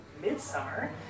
midsummer